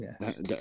yes